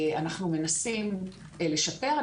אנחנו מנסים לשפר.